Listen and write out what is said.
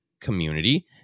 community